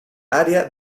área